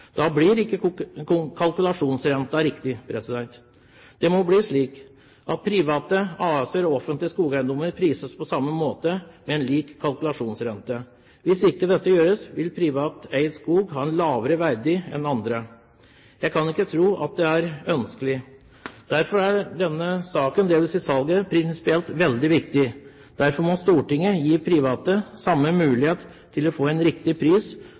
Da blir ikke kalkulasjonsrenten riktig. Det må bli slik at private AS-er og offentlig eide skogeiendommer prises på samme måte, med en lik kalkulasjonsrente. Hvis ikke dette gjøres, vil privateid skog ha en lavere verdi enn andre. Jeg kan ikke tro at det er ønskelig. Derfor er denne saken, dvs. salget, prinsipielt veldig viktig. Derfor må Stortinget gi private samme mulighet til å få en riktig pris